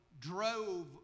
drove